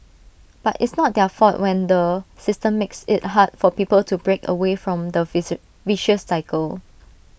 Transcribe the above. but it's not their fault when the system makes IT hard for people to break away from the facer vicious cycle